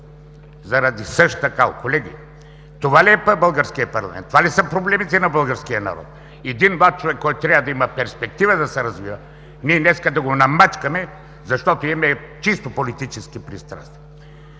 Заради същата кал! Колеги, това ли е българският парламент?! Това ли са проблемите на българския народ?! Един млад човек, който трябва да има перспектива да се развива, днес да го намачкаме, защото имаме чисто политически пристрастия.